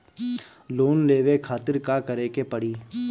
Loan लेवे खातिर का करे के पड़ी?